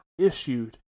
issued